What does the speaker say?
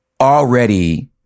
already